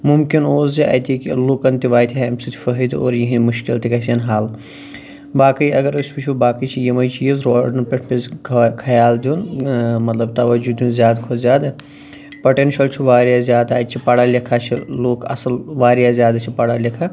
مُمکِن اوس زِ اَتِکۍ لوٗکَن تہِ واتہِ ہا اَمہِ سۭتۍ فٲیِدٕ اور یِہنٛدۍ مشکل تہِ گژھہِ ہان حل باقٕے اگر أسۍ وُچھو باقٕے چھِ یِمٔے چیٖز روڈَن پٮ۪ٹھ پزِ خیال دیٛن ٲں مطلب توجوٗ دیٛن زیادٕ کھۄتہٕ زیادٕ پۄٹیٚنشَل چھُ واریاہ زیادٕ اَتہِ چھِ پَڑھا لِکھا چھِ لوٗکھ اصٕل واریاہ زیادٕ چھِ پَڑھا لِکھا